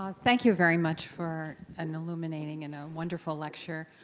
ah thank you very much for an illuminating and a wonderful lecture,